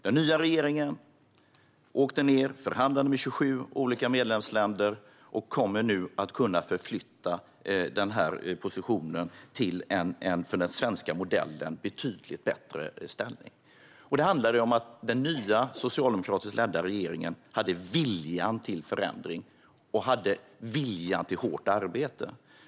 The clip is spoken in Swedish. Den nya regeringen åkte ned, förhandlade med 27 olika medlemsländer och kommer nu att kunna förflytta positionen till en för den svenska modellen betydligt bättre ställning. Det handlar om att den nya, socialdemokratiskt ledda regeringen hade viljan till förändring och hårt arbete.